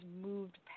moved